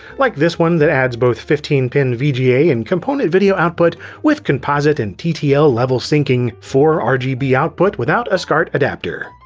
like this one that adds both fifteen pin vga and component video output with composite and ttl level syncing, for um rgb output without a scart adapter.